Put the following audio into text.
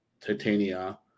Titania